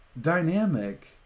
Dynamic